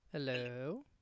hello